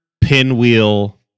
Pinwheel